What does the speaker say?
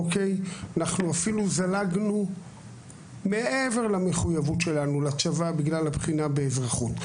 אנחנו אפילו זלגנו מעבר למחויבות שלנו לצבא בגלל הבחינה באזרחות.